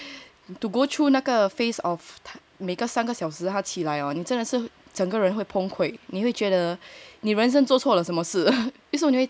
to go through 那个 phase of 三个小时好起来哦你真的是整个人会崩溃你会觉得你人生做错了什么事